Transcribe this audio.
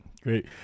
great